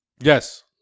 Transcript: Yes